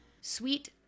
sweet